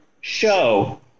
show